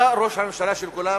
אתה ראש הממשלה של כולם